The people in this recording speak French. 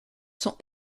sont